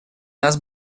нас